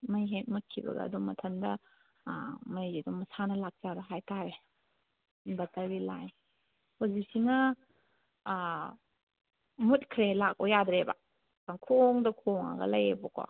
ꯃꯩ ꯍꯦꯛ ꯃꯨꯠꯈꯤꯕꯒ ꯑꯗꯨꯝ ꯃꯊꯟꯗ ꯃꯩꯁꯦ ꯑꯗꯨꯝ ꯃꯁꯥꯅ ꯂꯥꯛꯆꯕ ꯍꯥꯏꯇꯥꯔꯦ ꯏꯟꯚꯔꯇꯔꯒꯤ ꯂꯥꯏꯟ ꯍꯧꯖꯤꯛꯁꯤꯅ ꯃꯨꯠꯈ꯭ꯔꯦ ꯂꯥꯛꯑꯣ ꯌꯥꯗ꯭ꯔꯦꯕ ꯄꯪꯈꯣꯡꯗ ꯈꯣꯡꯉꯒ ꯂꯩꯌꯦꯕꯀꯣ